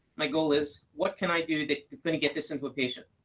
my goal is what can i do that is going to get this implication,